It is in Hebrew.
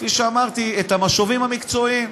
כפי שאמרתי, את המשובים המקצועיים.